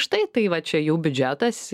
štai tai va čia jau biudžetas